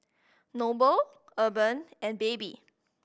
Noble Urban and Baby